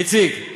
איציק,